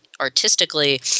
artistically